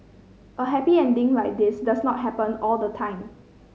a happy ending like this does not happen all the time